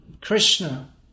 Krishna